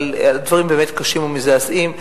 אבל הדברים באמת קשים ומזעזעים,